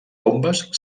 bombes